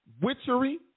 witchery